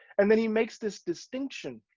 and then he makes this distinction,